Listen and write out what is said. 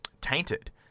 tainted